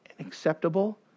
Acceptable